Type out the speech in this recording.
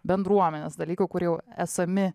bendruomenės dalykų kur jau esami